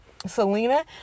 Selena